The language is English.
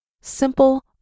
simple